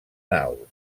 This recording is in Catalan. nau